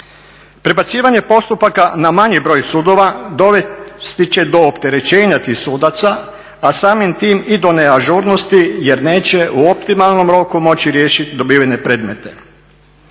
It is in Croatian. Prebacivanje postupaka na manji broj sudova dovesti će do opterećenja tih sudaca, a samim tim i do neažurnosti jer neće u optimalnom roku moći riješiti dobivene predmete.